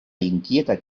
inquieta